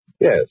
Yes